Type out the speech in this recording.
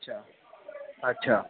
अच्छा अच्छा